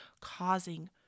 causing